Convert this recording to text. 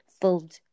filled